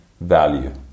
value